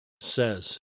says